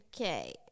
Okay